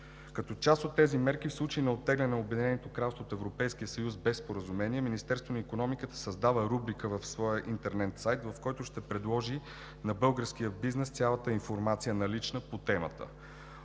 Като част от тези мерки в случай на оттегляне на Обединеното кралство от Европейския съюз без споразумение, Министерството на икономиката създава рубрика в своя интернет сайт, в който ще предложи на българския бизнес цялата налична информация по темата.